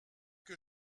que